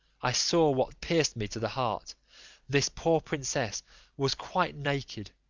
i saw what pierced me to the heart this poor princess was quite naked,